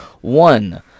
one